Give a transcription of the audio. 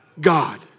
God